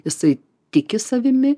jisai tiki savimi